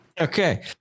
okay